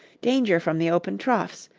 danger from the open troughs,